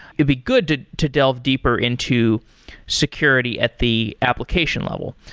it'd be good to to delve deeper into security at the application level.